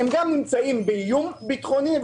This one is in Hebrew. הם גם נמצאים באיום ביטחוני.